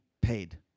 paid